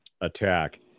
attack